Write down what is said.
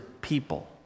people